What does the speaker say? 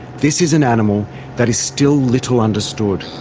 this is an animal that is still little understood.